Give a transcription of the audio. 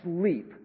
sleep